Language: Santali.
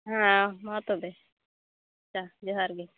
ᱦᱮᱸ ᱢᱟ ᱛᱚᱵᱮ ᱟᱪᱪᱷᱟ ᱡᱚᱦᱟᱨᱜᱮ